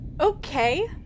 okay